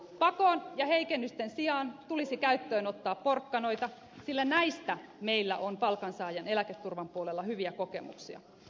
pakon ja heikennysten sijaan käyttöön tulisi ottaa porkkanoita sillä näistä meillä on palkansaajan eläketurvan puolella hyviä kokemuksia